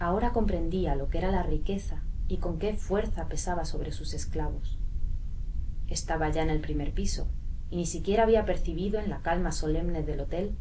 ahora comprendía lo que era la riqueza y con qué fuerza pesaba sobre sus esclavos estaba ya en el primer piso y ni siquiera había percibido en la calma solemne del hotel